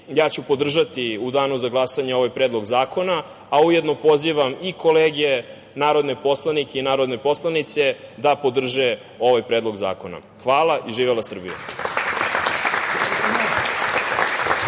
ja ću podržati u danu za glasanje ovaj Predlog zakona, a ujedno pozivam i kolege narodne poslanike i narodne poslanice da podrže ovaj Predlog zakona. Hvala. Živela Srbija.